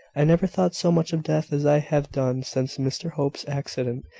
i never thought so much of death as i have done since mr hope's accident,